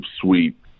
suite